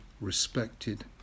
respected